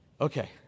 Okay